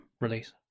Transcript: release